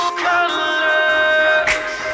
colors